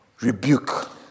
rebuke